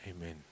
Amen